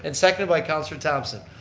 and second by councillor thomson.